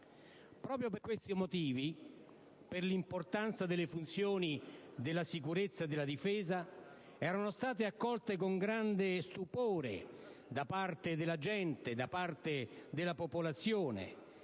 Proprio per questi motivi, per l'importanza delle funzioni della sicurezza e della difesa, erano state accolte con grande stupore da parte dei cittadini le